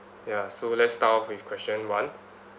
ya so let's start off with question one